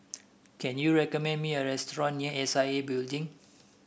can you recommend me a restaurant near S I A Building